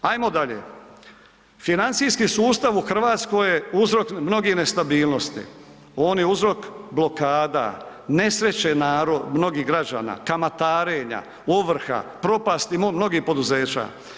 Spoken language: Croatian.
Ajmo dalje, financijski sustav u Hrvatskoj je uzrok mnogih nestabilnost, on je uzrok blokada, nesreće mnogih građana, kamatarenja, ovrha, propasti mnogih poduzeća.